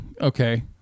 okay